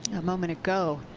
a moment ago,